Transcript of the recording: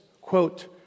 quote